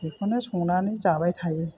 बेखौनो संनानै जाबाय थायो